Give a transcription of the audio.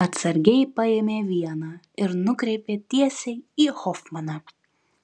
atsargiai paėmė vieną ir nukreipė tiesiai į hofmaną